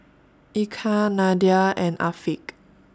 Eka Nadia and Afiq